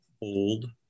Old